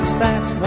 back